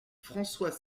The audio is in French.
françois